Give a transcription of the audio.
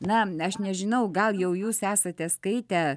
na aš nežinau gal jau jūs esate skaitę